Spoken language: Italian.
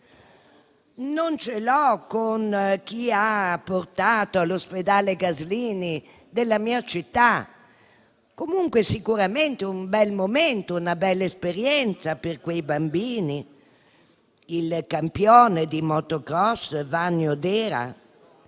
Non ce l'ho con chi ha portato all'ospedale Gaslini della mia città sicuramente un bel momento e una bella esperienza per quei bambini. Mi riferisco al campione di *motocross* Vanni Oddera,